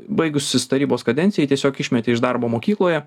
baigusis tarybos kadencijai jį tiesiog išmetė iš darbo mokykloje